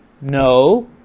no